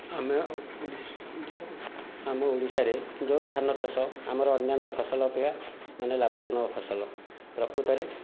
ଆମ ଓଡ଼ିଶାରେ ଆମ ଓଡ଼ିଶାରେ ଯେଉଁ ଧାନ ଚାଷ ଆମର ଅନ୍ୟାନ୍ୟ ଫସଲ ଅପେକ୍ଷା ମାନେ ଲାଭଜନକ ଫସଲ ପ୍ରକୃତରେ